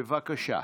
בבקשה.